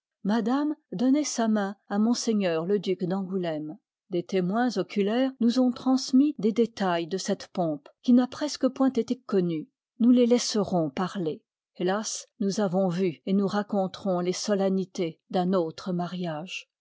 madame donnoit sa main à m le duc d angouléme des témoins oculaires nous ont transmis des détails de cette pompe qui n'a presque point été connue nous les laisserons parler hélas nous avons vu et nous raconterons les solennités d'un autre mariage